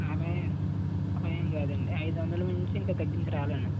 ఆలేదు ఏమి కాదండి ఐదువందల మించి ఇంక తగ్గించి రాలేను